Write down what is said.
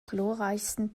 glorreichsten